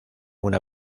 una